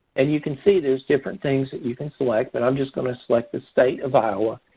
and you can see there's different things that you can select. but i'm just going to select the state of iowa.